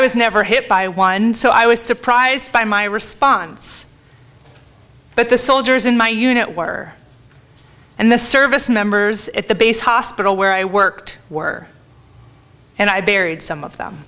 was never hit by one so i was surprised by my response but the soldiers in my unit were and the service members at the base hospital where i worked were and i buried some of them